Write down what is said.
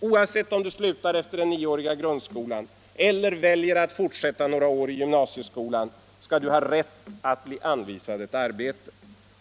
Oavsett om du slutar efter den nioåriga grundskolan eller väljer att fortsätta några år i gymnasieskolan skall du ha rätt att bli anvisad ett arbete.